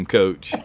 coach